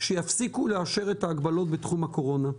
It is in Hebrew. שיפסיקו לאשר את ההגבלות בתחום הקורונה.